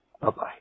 bye-bye